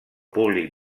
públic